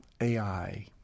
AI